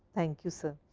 thank you, sir.